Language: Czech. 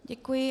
Děkuji.